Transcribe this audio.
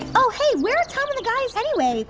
oh hey, where are tom and the guys anyway?